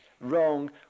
wrong